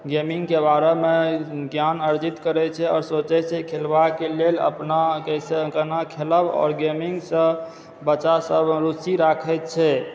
गेमिङ्गके बारेमे ज्ञान अर्जित करै छै आओर सोचै छै खेलबाके लेल अपना कैसे केना खेलब आओर गेमिङ्गसँ बच्चासब रूचि राखैत छै